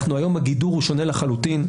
היום הגידור הוא שונה לחלוטין,